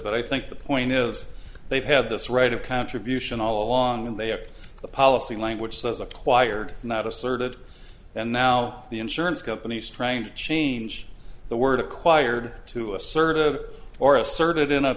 but i think the point is they have this right of contribution all along and they are the policy language says acquired not asserted and now the insurance companies trying to change the word acquired to assert of or asserted in a